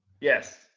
Yes